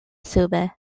sube